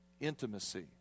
intimacy